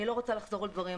אני לא אחזור על דברים.